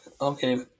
okay